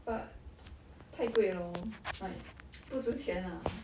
but 太贵 lor like 不值钱啊